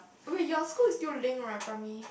wait your school is still link right primary